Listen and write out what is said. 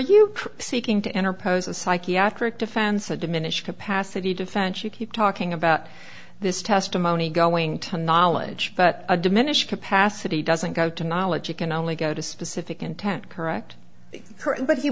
you seeking to enter pose a psychiatric defense a diminished capacity defense you keep talking about this testimony going to knowledge but a diminished capacity doesn't go to knowledge it can only go to specific intent correct her but he